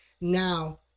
now